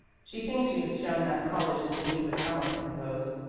she thinks she has shown that college is beneath her talents, i suppose.